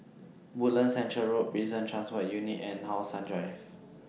Woodlands Centre Road Prison Transport Unit and How Sun Drive